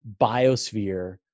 biosphere